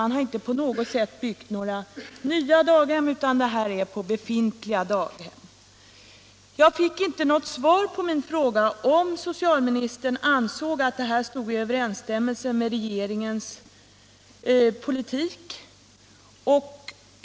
Man har inte byggt några nya daghem, utan ökningen sker i befintliga daghem. Jag fick inte något svar på min fråga om so Om personnummer cialministern anser att detta står i överensstämmelse med regeringens = på utländska politik.